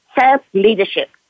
self-leadership